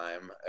time